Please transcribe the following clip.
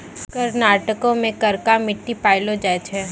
कर्नाटको मे करका मट्टी पायलो जाय छै